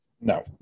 No